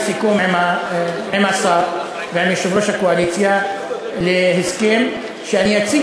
לסיכום עם השר ועם יושב-ראש הקואליציה שאני אציג